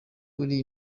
uri